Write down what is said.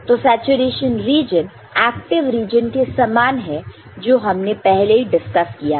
तो saturation region active region के समान है जो हमने पहले डिस्कस किया था